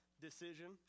decision